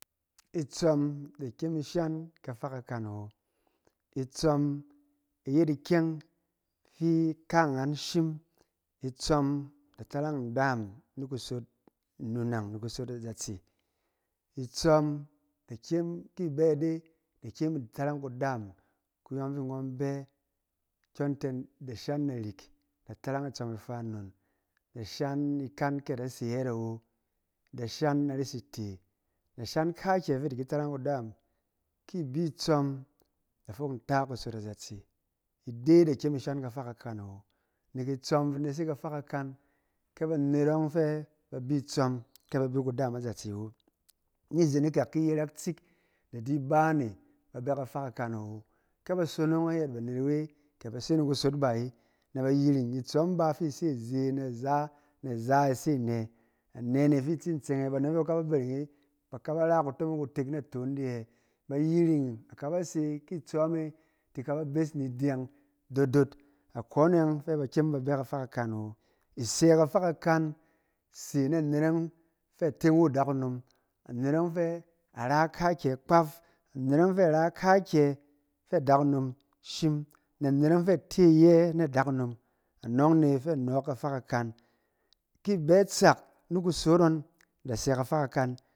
Itsɔm da kem ishan kafa kakan awo itsɔm yet ikyɛng fi ka angaan shim. itsɔm da tarang ndaam ni kusot inunang ni kusot a zatse. itsɔm da kyem, ki ibɛ ide ida kyem idi tarang kudaam kayɔng fi ngɔn bɛ kyɔnte ida shan narik, ida tarang itsɔm ifa nnon, ida shom ikan kea da se yɛɛt awo, ida shan are site, ida shan kakyɛfi ida tarang kudaam ngɔn. ki ibi itsɔm ida fok nta kusot a zatse, ide da kyemishan kafa kakan awo, nek itsɔm fi nesek kafa kakan ke banet yɔng fe ba bi ttsɔm kɛ ba bi kudaam a zatse awo. Ni ikak ki yɛrɛ tsik ida di iba ne ba bɛ kafa kakan awo. kɛ ba sonong ayɛt banet awe, ke ba se ni kusot barayi na ba yiring ni itsɔm ba fi ise aze na azan a aza ise ane, ane nefi itsin tseng e? Banet yɔng fɛ ba kaba bereng e ba kaba ra kutomong kutek naton de ye? Ba yiring a kaba se ki itsɔm e ti kaba bes ni idyɛng dood dood, akɔn e yɔng fɛ ba kyem ba bɛ kafa kakan awo. isɛ kafa kakan se na anet yɔng fɛ a teng wu adakunom, anet yɔng fɛ a na kakyɛ kpaff, anet anet yɔng fe ate iye na adakunom. Anɔng ne fɛ a nɔɔk kafa kakan. Ki ibɛ atsak ni kusot ngɔn ida sɛ kafa kakan.